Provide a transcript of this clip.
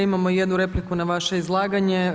Imamo jednu repliku na vaše izlaganje.